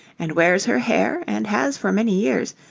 and wears her hair, and has for many years,